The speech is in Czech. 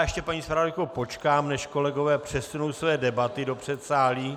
Ještě, paní zpravodajko, počkám, než kolegové přesunou své debaty do předsálí.